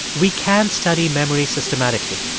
we can study memory systematically.